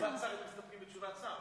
אם הייתה תשובת שר היינו מסתפקים בתשובת שר,